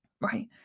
right